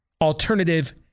alternative